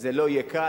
זה לא יהיה קל,